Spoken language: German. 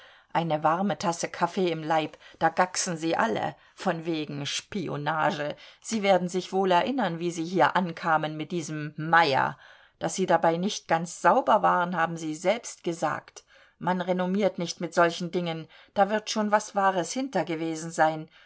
eine warme tasse kaffee im leib da gacksen sie alle von wegen spionage sie werden sich wohl erinnern wie sie hier ankamen mit diesem meyer daß sie dabei nicht ganz sauber waren haben sie selbst gesagt man renommiert nicht mit solchen dingen da wird schon was wahres hinter gewesen sein